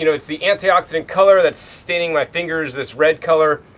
you know it's the anti-oxidant color that's staining my fingers, this red color,